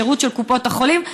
בשירות של קופות החולים.